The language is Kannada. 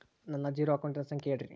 ನನ್ನ ಜೇರೊ ಅಕೌಂಟಿನ ಸಂಖ್ಯೆ ಹೇಳ್ರಿ?